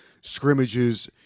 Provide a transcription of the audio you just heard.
scrimmages